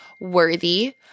worthy